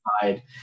side